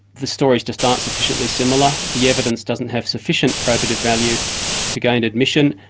the stories just aren't sufficiently similar the evidence doesn't have sufficient probative value to gain admission,